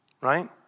right